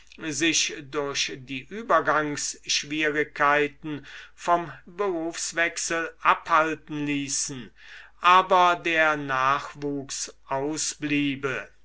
sich durch die übergangsschwierigkeiten vom berufswechsel abhalten ließen aber der nachwuchs ausbliebe